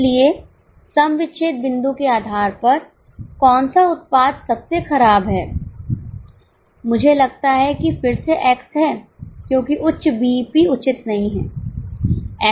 इसलिए सम विच्छेद बिंदु के आधार पर कौन सा उत्पाद सबसे खराब है मुझे लगता है कि फिर से X है क्योंकि उच्च बीईपी उचित नहीं है X में उच्च बीईपी है